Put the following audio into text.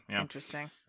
interesting